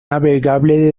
navegable